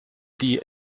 die